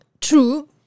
true